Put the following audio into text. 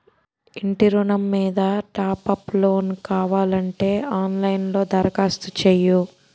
ఇంటి ఋణం మీద టాప్ అప్ లోను కావాలంటే ఆన్ లైన్ లో దరఖాస్తు చెయ్యు